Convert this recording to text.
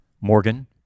Morgan